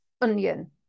onion